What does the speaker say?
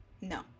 No